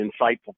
insightful